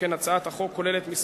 שכן בהצעת החוק נכללים כמה